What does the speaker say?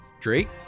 Drake